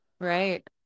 Right